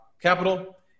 Capital